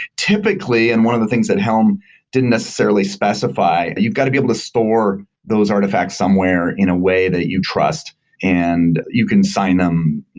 typically, and one of the things that helm didn't necessarily specify, you've got to be able to store those artifacts somewhere in a way that you trust and you can sign them,